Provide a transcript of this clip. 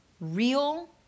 real